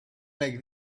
like